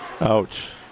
Ouch